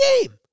game